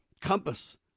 compass